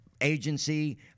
agency